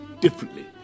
differently